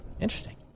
Interesting